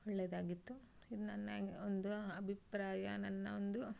ಒಳ್ಳೆದಾಗಿತ್ತು ಇದು ನನ್ನ ಒಂದು ಅಭಿಪ್ರಾಯ ನನ್ನ ಒಂದು